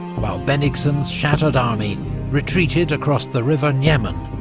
while bennigsen's shattered army retreated across the river niemen,